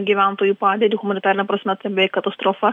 gyventojų padėtį humanitarine prasme ten beveik katastrofa